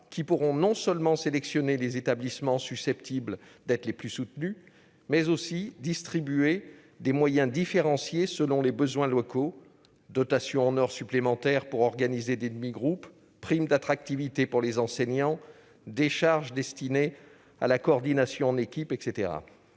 qui pourront non seulement sélectionner les établissements susceptibles d'être les plus soutenus, mais aussi distribuer des moyens différenciés selon les besoins locaux : dotation en heures supplémentaires pour organiser de demi-groupes, primes d'attractivité pour les enseignants, décharges destinées à la coordination en équipe, etc.